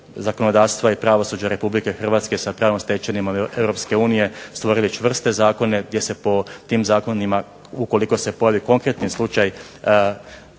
zakonodavstva i pravosuđa RH sa pravnom stečevinom EU stvorili čvrste zakone gdje se po tim zakonima ukoliko se pojavi konkretni slučaj